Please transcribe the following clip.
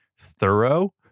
thorough